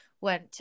went